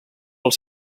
els